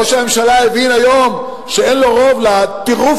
ראש הממשלה הבין היום שאין לו רוב לטירוף